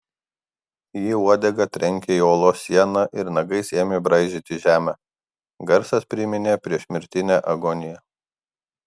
ji uodega trenkė į olos sieną ir nagais ėmė braižyti žemę garsas priminė priešmirtinę agoniją